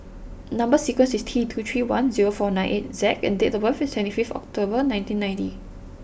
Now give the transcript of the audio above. number sequence is T two three one zero four nine eight Z and date of birth is twenty fifth October nineteen ninety